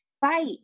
fight